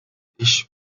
ich